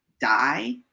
die